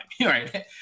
right